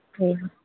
ठीक